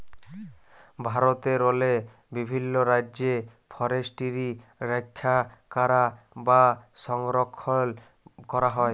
ভারতেরলে বিভিল্ল রাজ্যে ফরেসটিরি রখ্যা ক্যরা বা সংরখ্খল ক্যরা হয়